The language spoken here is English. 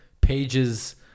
Page's